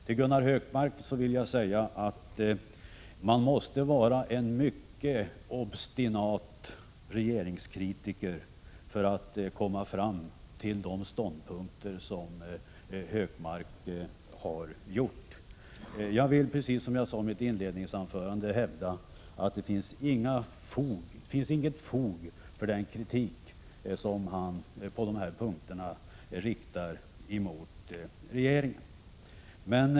Till Gunnar Hökmark vill jag säga: Man måste vara en mycket obstinat regeringskritiker för att komma fram till de ståndpunkter som han kommit fram till. Jag vill, precis som i mitt inledningsanförande, hävda att det inte finns fog för den kritik som han på dessa punkter riktar mot regeringen.